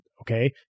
okay